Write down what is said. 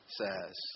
says